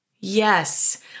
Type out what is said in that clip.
Yes